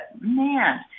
man